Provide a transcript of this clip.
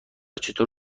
چطور